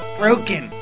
broken